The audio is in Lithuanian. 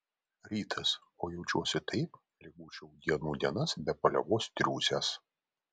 rytas o jaučiuosi taip lyg būčiau dienų dienas be paliovos triūsęs